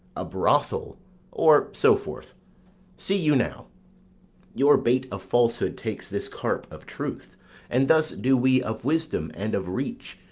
a brothel or so forth see you now your bait of falsehood takes this carp of truth and thus do we of wisdom and of reach,